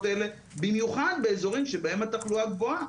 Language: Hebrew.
האלה במיוחד באזורים שבהם התחלואה גבוהה,